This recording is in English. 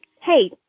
hey